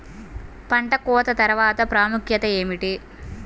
పంట కోత తర్వాత ప్రాముఖ్యత ఏమిటీ?